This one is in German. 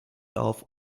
auf